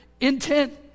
intent